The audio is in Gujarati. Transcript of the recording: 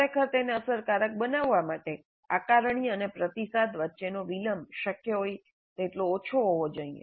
ખરેખર તેને અસરકારક બનાવવા માટે આકારણી અને પ્રતિસાદ વચ્ચેનો વિલંબ શક્ય તેટલો ઓછો હોવો જોઈએ